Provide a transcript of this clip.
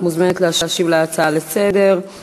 את מוזמנת להשיב להצעה לסדר-היום,